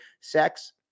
sex